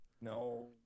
No